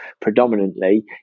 predominantly